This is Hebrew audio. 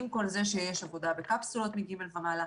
עם כל זה שיש עבודה בקפסולות מכיתות ג' ומעלה,